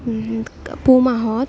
পুহ মাহত